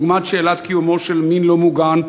דוגמת שאלת קיומו של מין לא מוגן,